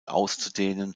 auszudehnen